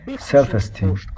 self-esteem